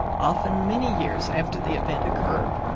often many years after the event occurred.